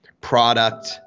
product